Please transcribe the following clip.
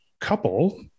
couple